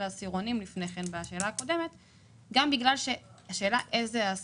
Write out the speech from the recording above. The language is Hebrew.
העשירונים גם בגלל שהשאלה היא איזו העסקה.